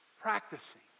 practicing